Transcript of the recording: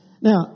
Now